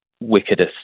wickedest